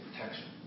protection